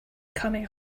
coming